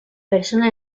persona